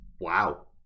wow